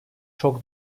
çok